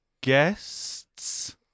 guests